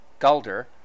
Gulder